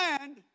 land